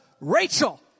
Rachel